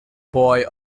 boy